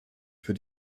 für